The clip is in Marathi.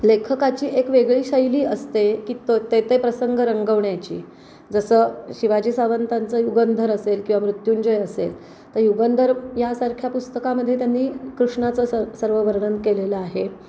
लेखकाची एक वेगळी शैली असते की तो ते ते प्रसंग रंगवण्याची जसं शिवाजी सावंतांचं युगंधर असेल किंवा मृत्युंजय असेल तर युगंधर यासारख्या पुस्तकामध्ये त्यांनी कृष्णाचं स सर्व वर्णन केलेलं आहे